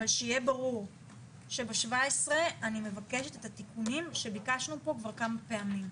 אבל שיהיה ברור שב-17 אני מבקשת את התיקונים שביקשנו פה כבר כמה פעמים.